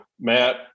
Matt